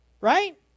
right